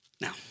Now